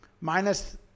minus